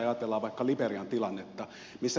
ajatellaan vaikka liberian tilannetta